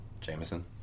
Jameson